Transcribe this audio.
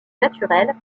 naturelle